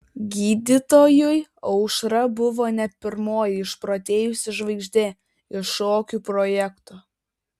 gydytojui aušra buvo ne pirmoji išprotėjusi žvaigždė iš šokių projekto